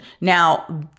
Now